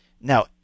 Now